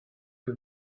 que